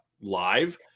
live